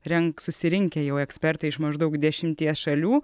rengs susirinkę jau ekspertai iš maždaug dešimties šalių